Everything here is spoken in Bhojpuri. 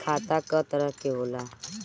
खाता क तरह के होला?